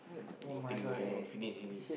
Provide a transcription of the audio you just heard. got thing to add on finish already